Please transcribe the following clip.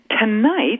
Tonight